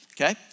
okay